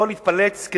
יכול להתפלץ.